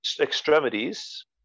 extremities